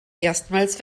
erstmals